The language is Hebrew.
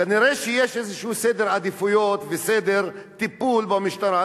כנראה יש איזה סדר עדיפויות וסדר טיפול במשטרה.